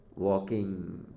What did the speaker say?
walking